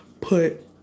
put